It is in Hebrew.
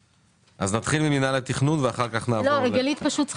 נתחיל ממינהל התכנון ואחר כך גלית שאול.